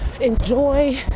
enjoy